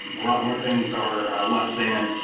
a lot more things are less than,